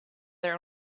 their